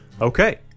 okay